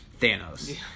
Thanos